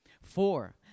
Four